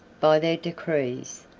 by their decrees,